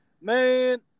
man